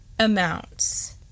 amounts